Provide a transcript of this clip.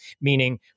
meaning